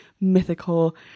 mythical